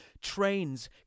Trains